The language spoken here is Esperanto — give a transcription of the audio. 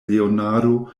leonardo